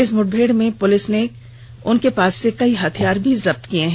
इस मुठभेड़ में पुलिस ने कई हथियार भी जब्त किए हैं